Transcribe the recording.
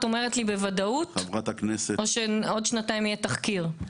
את אומרת לי בוודאות או שעוד שנתיים יהיה תחקיר?